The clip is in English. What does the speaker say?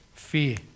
fear